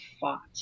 fought